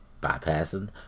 bypassing